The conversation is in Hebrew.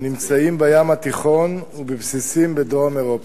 הנמצאים בים התיכון ובבסיסים בדרום אירופה.